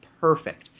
perfect